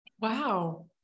Wow